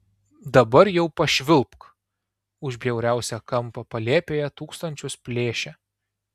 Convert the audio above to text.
dabar jau pašvilpk už bjauriausią kampą palėpėje tūkstančius plėšia